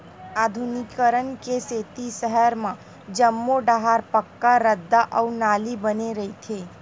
आधुनिकीकरन के सेती सहर म जम्मो डाहर पक्का रद्दा अउ नाली बने रहिथे